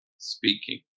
speaking